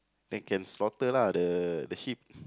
then can slaughter lah the the sheep